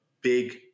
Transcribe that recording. big